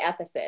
ethicist